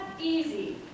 easy